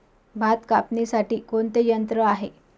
भात कापणीसाठी कोणते यंत्र आहे?